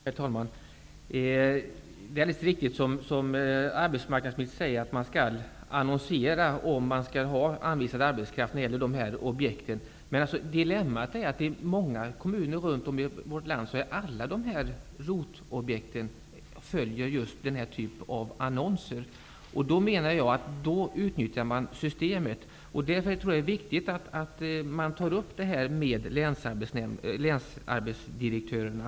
Herr talman! Det är alldeles riktigt, som arbetsmarknadsministern säger, att man skall annonsera om man skall ha anvisad arbetskraft när det gäller dessa objekt. Men dilemmat är att alla dessa ROT-objekt i många kommuner i vårt land följer just denna typ av annonser. Jag menar att man då utnyttjar systemet. Därför är det viktigt att man tar upp detta med länsarbetsnämndsdirektörerna.